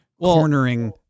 cornering